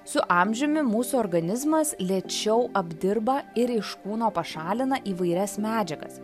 su amžiumi mūsų organizmas lėčiau apdirba ir iš kūno pašalina įvairias medžiagas